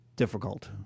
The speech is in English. difficult